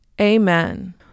Amen